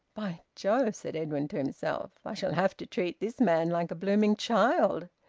by jove! said edwin to himself, i shall have to treat this man like a blooming child!